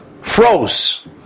froze